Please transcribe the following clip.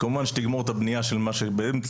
כמובן שתגמור את הבנייה של מה שבאמצע,